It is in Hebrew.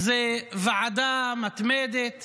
זו ועדה מתמדת